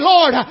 Lord